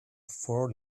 four